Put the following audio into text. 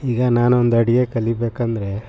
ಈಗ ನಾನೊಂದು ಅಡುಗೆ ಕಲಿಬೇಕೆಂದ್ರೆ